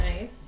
Nice